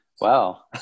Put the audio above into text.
Wow